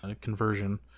conversion